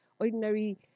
ordinary